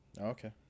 Okay